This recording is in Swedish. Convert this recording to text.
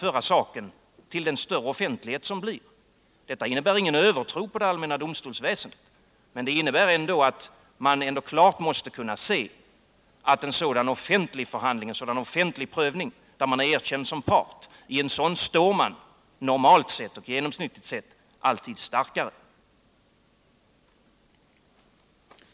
Vår uppfattning på den här punkten innebär ingen övertro på det allmänna domstolsväsendet, men vi anser att man ändå klart kan se att en människa i en sådan offentlig prövning, där han eller hon är erkänd som part, normalt sett alltid står starkare än i en ensidig prövning.